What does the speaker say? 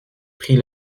prit